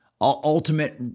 ultimate